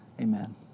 Amen